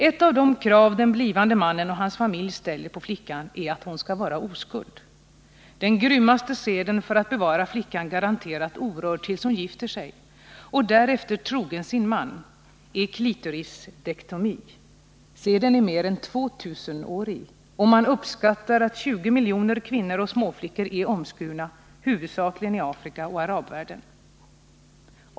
Ett av de krav den blivande mannen och hans familj ställer på flickan är att hon skall vara oskuld. Den grymmaste seden för att bevara flickan garanterat orörd tills hon gifter sig och därefter trogen sin man är clitorisdectomi. Seden är mer än 2000-årig och man uppskattar att 20 miljoner kvinnor och småflickor är omskurna, huvudsakligen i Afrika och arabvärlden.